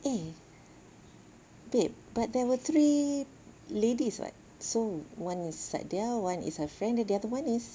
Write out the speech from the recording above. eh babe but there were three ladies [what] so one is Saadiah one is her friend then the other one is